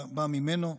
באה ממנו.